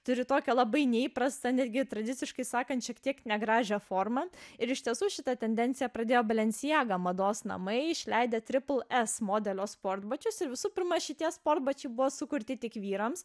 turi tokią labai neįprastą netgi tradiciškai sakant šiek tiek negražią formą ir iš tiesų šitą tendenciją pradėjo belencijaga mados namai išleidę tripl s modelio sportbačius ir visų pirma šitie sportbačiai buvo sukurti tik vyrams